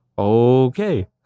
Okay